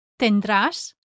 tendrás